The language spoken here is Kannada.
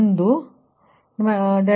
86 01